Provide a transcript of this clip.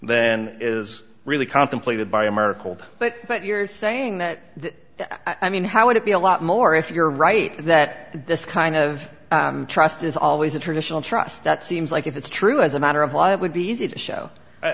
then is really contemplated by americal but but you're saying that i mean how would it be a lot more if you're right that this kind of trust is always a traditional trust that seems like if it's true as a matter of law it would be easy to show i